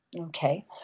Okay